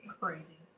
Crazy